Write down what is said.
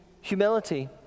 humility